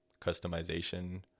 customization